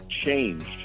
changed